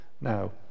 Now